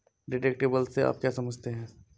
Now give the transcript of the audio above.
Deductible से आप क्या समझते हैं?